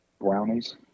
brownies